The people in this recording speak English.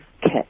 kit